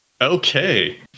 Okay